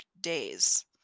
days